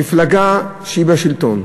מפלגה שהיא בשלטון,